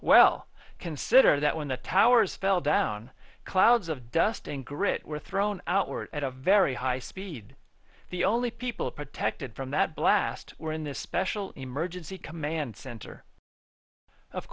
well consider that when the towers fell down clouds of dust and grit were thrown outward at a very high speed the only people protected from that blast were in this special emergency command center of